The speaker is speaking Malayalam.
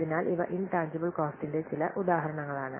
അതിനാൽ ഇവ ഇൻട്ടാജിബിൽ കോസറിന്റെ ചില ഉദാഹരണങ്ങളാണ്